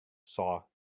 saw